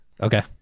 Okay